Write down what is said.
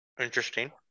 interesting